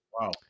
Wow